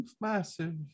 Massive